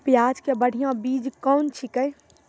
प्याज के बढ़िया बीज कौन छिकै?